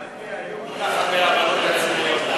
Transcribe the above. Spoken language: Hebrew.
חיימק'ה, היו כל כך הרבה העברות תקציביות.